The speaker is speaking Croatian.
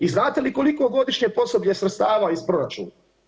I znate li koliko godišnje pozoblje sredstava iz proračuna?